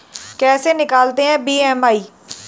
कैसे निकालते हैं बी.एम.आई?